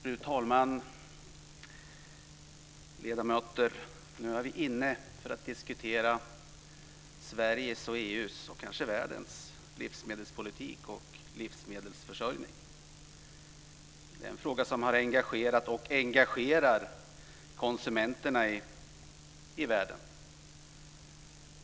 Fru talman! Ledamöter! Vi diskuterar nu Sveriges, EU:s och kanske hela världens livsmedelspolitik och livsmedelsförsörjning. Det är en fråga som har engagerat och engagerar världens konsumenter.